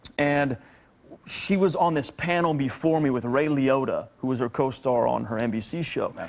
and she was on this panel before me with ray liotta, who is her co-star on her nbc show.